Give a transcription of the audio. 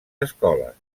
escoles